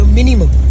minimum